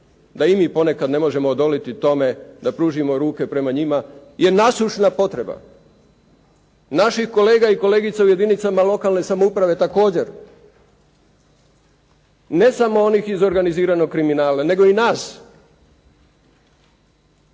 da i mi ponekad ne možemo odoliti tome da pružimo ruke prema njima, je nasušna potreba naših kolega i kolegica u jedinicama lokalne samouprave također. Ne samo onih iz organiziranog kriminala, nego i nas.